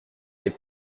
est